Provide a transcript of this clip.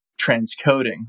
transcoding